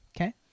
Okay